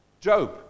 job